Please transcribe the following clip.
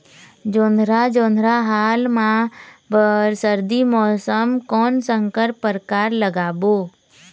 जोंधरा जोन्धरा हाल मा बर सर्दी मौसम कोन संकर परकार लगाबो?